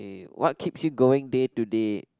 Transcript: what keeps you going day to day